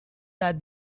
that